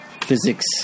physics